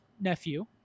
nephew